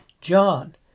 John